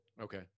Okay